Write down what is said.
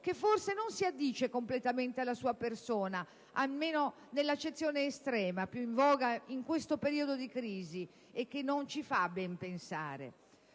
che forse non si addice completamente alla sua persona, almeno nell'accezione estrema, più in voga in questo periodo di crisi e che non ci fa ben pensare,